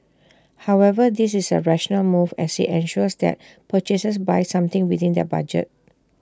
however this is A rational move as IT ensures that purchasers buy something within their budget